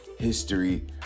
history